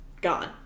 Gone